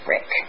Rick